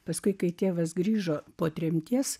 paskui kai tėvas grįžo po tremties